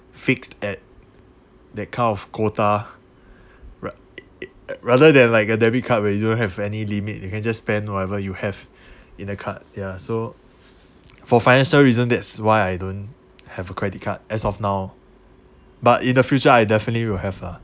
fixed at that kind of quota rather than like a debit card where you don't have any limit you can just spend whatever you have in a card ya so for financial reasons that's why I don't have a credit card as of now but in the future I definitely will have ah